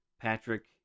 Patrick